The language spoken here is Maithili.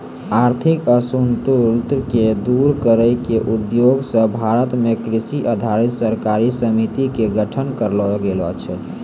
आर्थिक असंतुल क दूर करै के उद्देश्य स भारत मॅ कृषि आधारित सहकारी समिति के गठन करलो गेलो छै